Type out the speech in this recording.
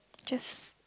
just